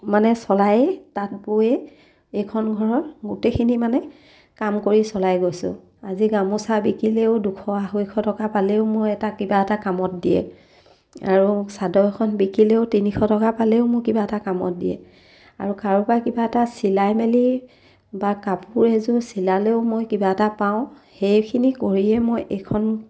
মানে চলাইয়ে তাত বৈয়ে এইখন ঘৰৰ গোটেইখিনি মানে কাম কৰি চলাই গৈছোঁ আজি গামোচা বিকিলেও দুশ আঢ়ৈশ টকা পালেও মোৰ এটা কিবা এটা কামত দিয়ে আৰু চাদৰ এখন বিকিলেও তিনিশ টকা পালেও মোৰ কিবা এটা কামত দিয়ে আৰু কাৰোবাৰ কিবা এটা চিলাই মেলি বা কাপোৰ এযোৰ চিলালেও মই কিবা এটা পাওঁ সেইখিনি কৰিয়েই মই এইখন